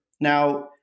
Now